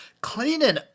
cleaning